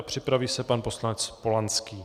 Připraví se pan poslanec Polanský.